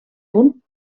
punt